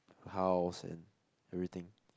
a house and everything